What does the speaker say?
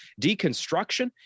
Deconstruction